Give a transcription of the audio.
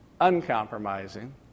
uncompromising